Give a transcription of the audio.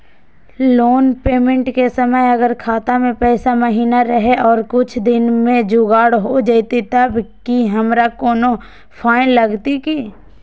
Loan payment के समय अगर खाता में पैसा महिना रहै और कुछ दिन में जुगाड़ हो जयतय तब की हमारा कोनो फाइन लगतय की?